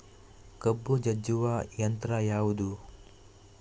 ಕಬ್ಬು ಜಜ್ಜುವ ಯಂತ್ರ ಯಾವುದು?